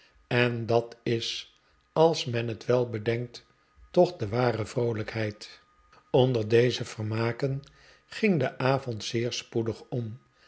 en dat is als men het wel bedenkt toch de ware vroolijkheid onder deze vermaken ging de avond zeer spoedig om